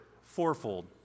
fourfold